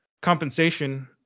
compensation